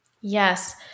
Yes